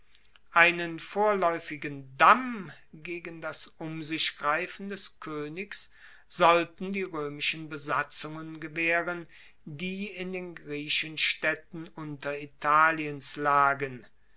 einen vorlaeufigen damm gegen das umsichgreifen des koenigs sollten die roemischen besatzungen gewaehren die in den griechenstaedten unteritaliens lagen